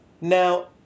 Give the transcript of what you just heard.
Now